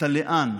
את ה"לאן"